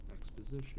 Exposition